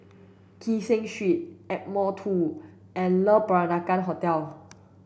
Kee Seng Street Ardmore two and Le Peranakan Hotel